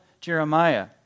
Jeremiah